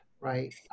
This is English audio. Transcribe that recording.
right